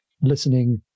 listening